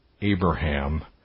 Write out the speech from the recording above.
Abraham